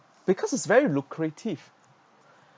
because it's very lucrative